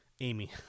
Amy